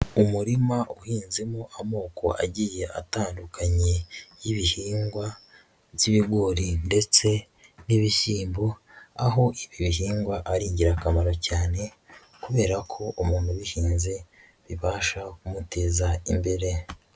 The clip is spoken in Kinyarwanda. Umurima uhinzemo amoko agiye atandukanye y'ibihingwa by'ibigori ndetse n'ibishyimbo, aho ibi bihingwa ari ingirakamaro cyane kubera ko umuntu ubihinze bibasha kumuteza imbere.